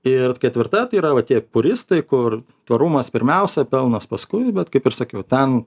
ir ketvirta tai yra va tie puristai kur tvarumas pirmiausia pelnas paskui bet kaip ir sakiau ten